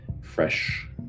fresh